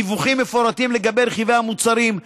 דיווחים מפורטים לגבי רכיבי המוצרים,